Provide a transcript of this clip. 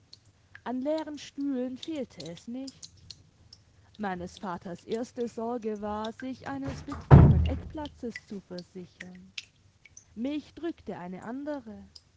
an leeren stühlen fehlte es nicht meines vaters erste sorge war sich eines bequemen eckplatzes zu versichern mich drückte eine andere